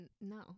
no